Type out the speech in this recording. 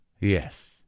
Yes